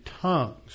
tongues